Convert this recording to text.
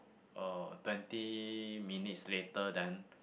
uh twenty minutes later then